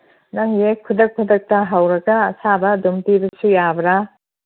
ꯅꯪꯒꯤꯁꯦ ꯈꯨꯗꯛ ꯈꯨꯗꯛꯇ ꯍꯧꯔꯒ ꯑꯁꯥꯕ ꯑꯗꯨꯝ ꯄꯤꯕꯁꯨ ꯌꯥꯕ꯭ꯔꯥ